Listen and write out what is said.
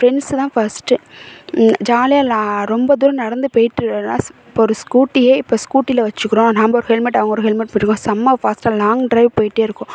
friends தான் first ஜாலியாக இல்லை ரொம்ப தூரம் நடந்து போயிட்டு இப்போ ஒரு ஸ்கூட்டியே இப்போ ஸ்கூட்டியில் வச்சுக்கிறோம் நாம்ம ஒரு ஹெல்மெட் அவங்க ஒரு ஹெல்மெட் போட்டுக்குவோம் செம்ம ஃபாஸ்ட்டாக லாங் ட்ரைவ் போயிகிட்டே இருக்கோம்